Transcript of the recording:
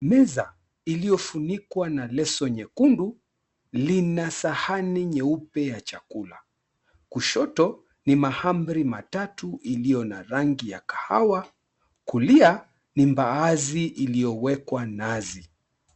Meza iliyofunikwa na leso nyekundu lina sahani nyeupe ya chakula. Kushoto ni mahamri matatu iliyo na rangi ya kahawa, kulia ni mbaazi iliyowekwa nazi.